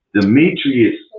demetrius